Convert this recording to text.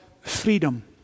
freedom